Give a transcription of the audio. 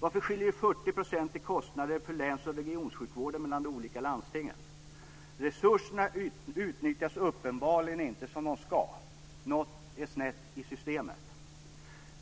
Varför skiljer det 40 % i kostnader för läns och regionvården mellan de olika landstingen? Resurserna utnyttjas uppenbarligen inte som de ska. Något är snett i systemet.